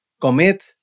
commit